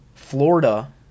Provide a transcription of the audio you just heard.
Florida